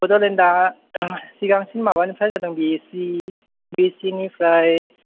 बड'लेण्डआ सिगांसिम माबानिफ्राय जादों B A C B S C निफ्राय